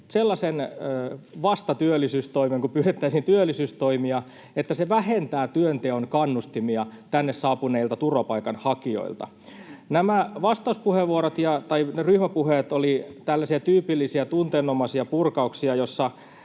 sellaisen vastatyöllisyystoimen — kun pyydettäisiin työllisyystoimia — että se vähentää työnteon kannustimia tänne saapuneilta turvapaikanhakijoilta. Nämä ryhmäpuheenvuorot olivat tällaisia tyypillisiä tunteenomaisia purkauksia,